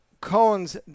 Cohen's